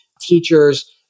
teachers